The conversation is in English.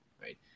right